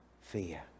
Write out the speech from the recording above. fear